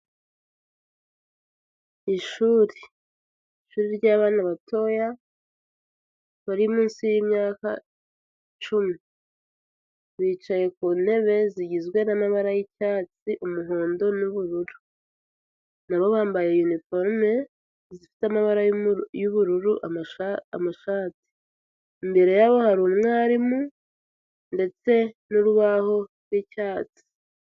Ishuri, ishuri ry'abana batoya bari munsi y'imyaka icumi. Bicaye ku ntebe zigizwe n'amabara y'icyatsi umuhondo n'ubururu. Na bo bambaye uniforme zifite amabara y'ubururu amashati. Imbere yabo hari umwarimu ndetse n'urubaho rw'icyatsi.